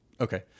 Okay